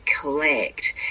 collect